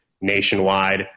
nationwide